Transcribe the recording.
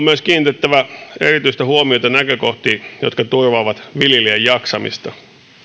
myös kiinnitettävä erityistä huomiota näkökohtiin jotka turvaavat viljelijän jaksamista